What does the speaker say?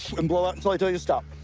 and blow out until i tell you to stop.